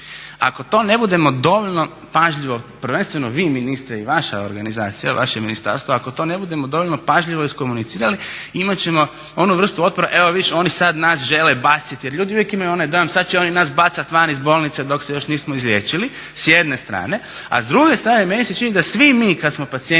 Ako to ne budemo dovoljno pažljivo, prvenstveno vi ministre i vaša organizacija, vaše ministarstvo ako to ne budemo dovoljno pažljivo iskomunicirali imat ćemo onu vrstu otpora evo vidiš oni sad nas žele baciti. Jer ljudi uvijek imaju onaj dojam sad će oni nas bacati van iz bolnica dok se još nismo izliječili, s jedne strane. A s druge strane meni se čini da svi mi kad smo pacijenti